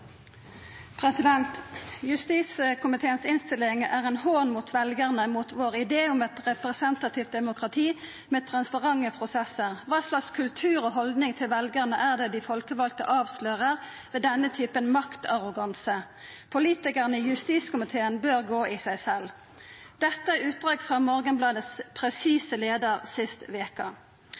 en hån mot velgerne, mot vår idé om et representativt demokrati med transparente prosesser. Hva slags kultur og holdning til velgerne er det de folkevalgte avslører ved denne typen maktarroganse? Politikerne i justiskomiteen bør gå i seg selv.» Dette er eit utdrag frå Morgenbladets presise leiar sist